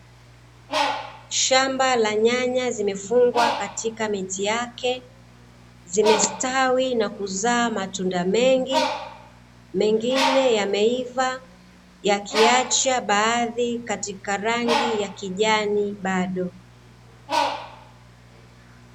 Shamba la nyanya zimefungwa katika miti yake, zimestawi na kuzaa matunda mengi, mengine yameiva, yakiacha baadhi katika rangi ya kijani bado.